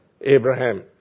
Abraham